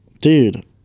dude